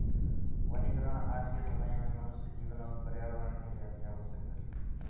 वनीकरण आज के समय में मनुष्य जीवन और पर्यावरण के लिए अतिआवश्यक है